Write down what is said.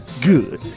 Good